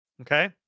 okay